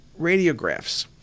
radiographs